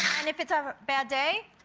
and if it's a bad day,